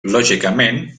lògicament